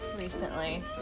recently